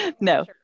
No